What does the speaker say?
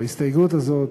או ההסתייגות הזאת,